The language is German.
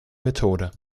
methode